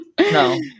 No